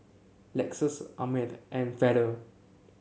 Lexus Ameltz and Feather